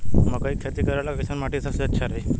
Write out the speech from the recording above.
मकई के खेती करेला कैसन माटी सबसे अच्छा रही?